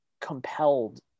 compelled